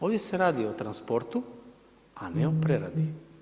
Ovdje se radi o transportu, a ne o preradi.